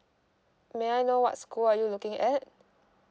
may I know what school are you looking at